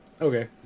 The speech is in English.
Okay